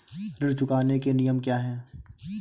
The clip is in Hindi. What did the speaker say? ऋण चुकाने के नियम क्या हैं?